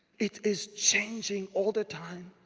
it is changing all the time.